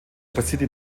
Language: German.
passierte